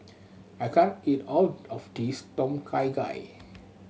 I can't eat all of this Tom Kha Gai